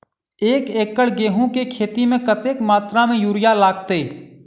एक एकड़ गेंहूँ केँ खेती मे कतेक मात्रा मे यूरिया लागतै?